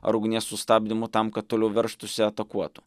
ar ugnies sustabdymu tam kad toliau veržtųsi atakuotų